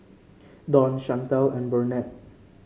Don Shantell and Burnett